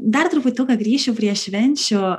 dar truputuką grįšiu prie švenčių